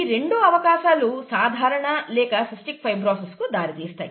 ఈ రెండు అవకాశాలు సాధారణ లేక సీస్టిక్ ఫైబ్రోసిస్ కు దారితీస్తాయి